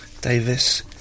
Davis